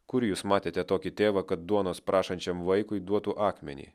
kur jūs matėte tokį tėvą kad duonos prašančiam vaikui duotų akmenį